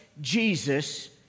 Jesus